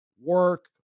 work